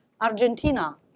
Argentina